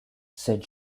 said